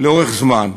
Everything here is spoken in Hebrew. לאורך זמן.